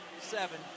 seven